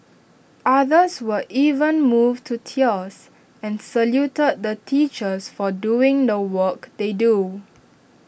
others were even moved to tears and saluted the teachers for doing the work they do